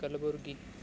Kalburgi